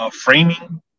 Framing